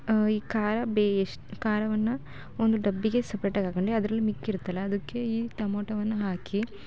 ಈ ಖಾರ ಬೇ ಎಷ್ಟು ಖಾರವನ್ನ ಒಂದು ಡಬ್ಬಿಗೆ ಸಪ್ರೇಟಾಗಿ ಹಾಕಂಡಿ ಅದ್ರಲ್ಲಿ ಮಿಕ್ಕಿರುತ್ತಲ್ಲಾ ಅದಕ್ಕೆ ಈ ಟಮೋಟವನ್ನು ಹಾಕಿ